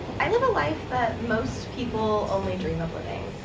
i live a life that most people only dream of living,